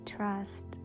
Trust